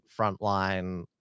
frontline